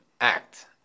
act